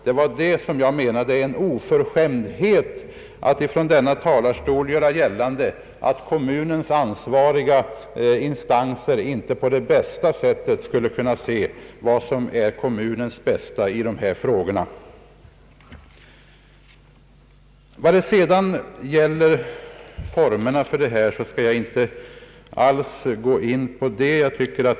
Det är, anser jag, en oförskämdhet att från denna talarstol göra gällande att kommunens ansvariga instanser inte på det bästa sättet skulle kunna se vad som är kommunens bästa i dessa frågor. Formerna för överlåtelserna skall jag inte alls gå in på.